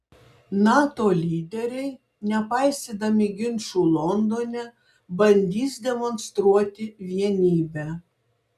nato lyderiai nepaisydami ginčų londone bandys demonstruoti vienybę